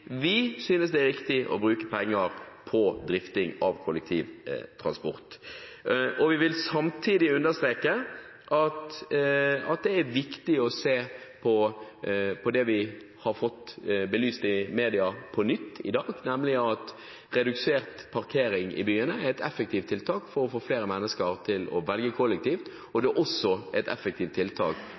vi synes det er riktig å bruke penger på drift av kollektivtransport. Vi vil samtidig understreke at det er viktig å se på det vi har fått belyst i media på nytt i dag, nemlig at redusert parkering i byene er et effektivt tiltak for å få flere mennesker til å velge kollektivt, og det er også et effektivt tiltak